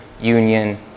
union